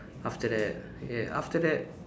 after that yeah after that